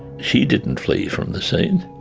she didn't flee from the scene.